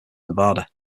nevada